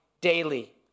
daily